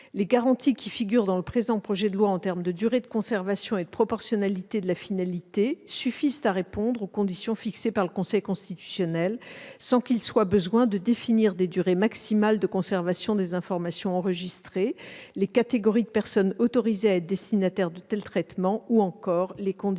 Les garanties qui figurent dans le présent projet de loi en termes de durée de conservation et de proportionnalité de la finalité suffisent à répondre aux conditions fixées par le Conseil constitutionnel, sans qu'il soit besoin de définir des durées maximales de conservation des informations enregistrées, les catégories de personnes autorisées à être destinataires de tels traitements ou encore les conditions de cette